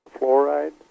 fluoride